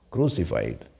Crucified